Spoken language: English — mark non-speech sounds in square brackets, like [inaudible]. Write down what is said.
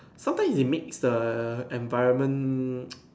sometimes it makes the environment [noise]